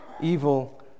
evil